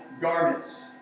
garments